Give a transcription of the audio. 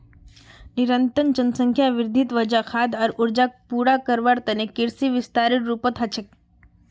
निरंतर जनसंख्या वृद्धिर वजह खाद्य आर ऊर्जाक पूरा करवार त न कृषि विस्तारेर जरूरत ह छेक